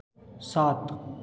सात